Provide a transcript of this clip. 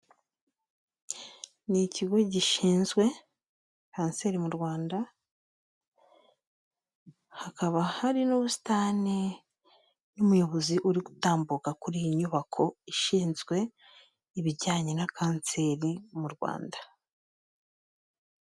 Ni ikigo gishinzwe kanseri mu Rwanda, hakaba hari n'ubusitani n'umuyobozi uri gutambuka kuri iyi nyubako ishinzwe ibijyanye na kanseri mu Rwanda.